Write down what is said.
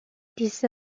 these